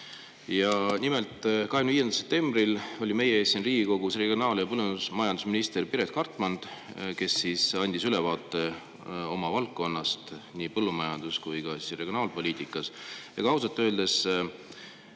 põllumehi. 25. septembril oli meie ees siin Riigikogus regionaal- ja põllumajandusminister Piret Hartman, kes andis ülevaate oma valdkonnast, põllumajandus- ja regionaalpoliitikast. Ausalt öeldes